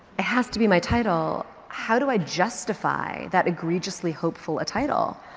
has to be my title. how do i justify that egregiously hopeful a title?